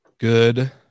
Good